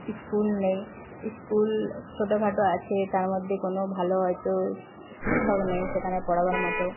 school নেই school ছোটো খাটো আছে তার মধ্যে কোনও ভালো এত শিক্ষক নেই সেখানে পড়াবার মতো